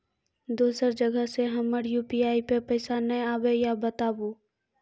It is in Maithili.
दोसर जगह से हमर यु.पी.आई पे पैसा नैय आबे या बताबू?